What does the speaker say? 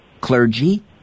clergy